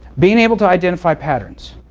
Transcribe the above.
being able to identify patterns.